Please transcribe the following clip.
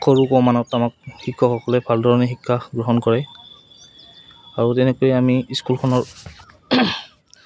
সৰু ক মানত আমাক শিক্ষকসকলে ভাল ধৰণে শিক্ষা গ্ৰহণ কৰে আৰু তেনেকৈ আমি স্কুলখনৰ